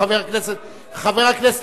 חבר הכנסת אקוניס,